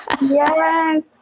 yes